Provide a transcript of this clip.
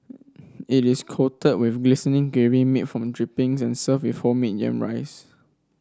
it is coated with glistening gravy made from drippings and served with homemade yam rice